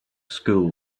school